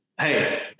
hey